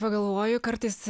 pagalvoju kartais